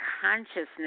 consciousness